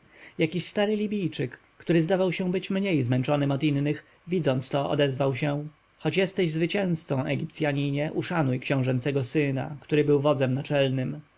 jakiś stary libijczyk który zdawał się być mniej zmęczonym od innych widząc to odezwał się choć jesteś zwycięzcą egipcjaninie uszanuj książęcego syna który był wodzem naczelnym